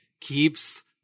keeps